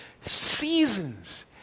Seasons